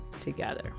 together